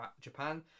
Japan